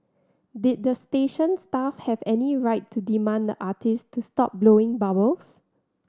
did the station staff have any right to demand the artist to stop blowing bubbles